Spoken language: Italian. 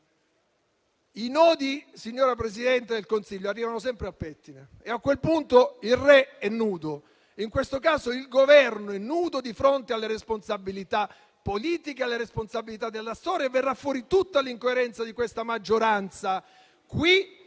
cosa, signora Presidente del Consiglio: i nodi arrivano sempre al pettine e a quel punto il re è nudo; in questo caso il Governo è nudo di fronte alle responsabilità politiche e alle responsabilità della storia, e verrà fuori tutta l'incoerenza di questa maggioranza, qui e